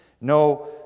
No